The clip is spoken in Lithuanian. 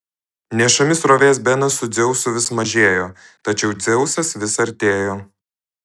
nešami srovės benas su dzeusu vis mažėjo tačiau dzeusas vis artėjo